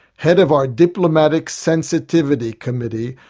head of our diplomatic sensitivity committee,